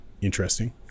interesting